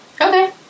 Okay